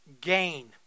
gain